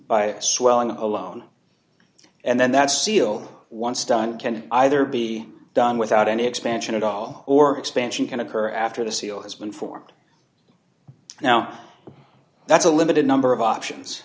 by swelling alone and then that seal once done can either be done without any expansion at all or expansion can occur after the seal has been formed now that's a limited number of options